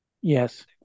Yes